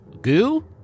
goo